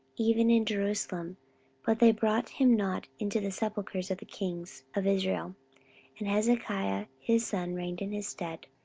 even in jerusalem but they brought him not into the sepulchres of the kings of israel and hezekiah his son reigned in his stead.